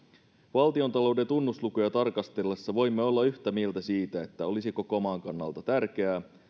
valtiontalouden tunnuslukuja tarkastellessamme voimme olla yhtä mieltä siitä että olisi koko maan kannalta tärkeää